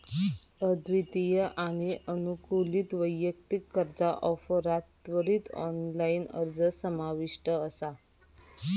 अद्वितीय आणि सानुकूलित वैयक्तिक कर्जा ऑफरात त्वरित ऑनलाइन अर्ज समाविष्ट असा